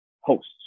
hosts